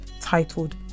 titled